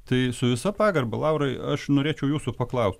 tai su visa pagarba laurai aš norėčiau jūsų paklaust